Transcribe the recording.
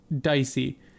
dicey